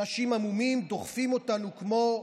אנשים המומים, דוחפים אותנו כמו,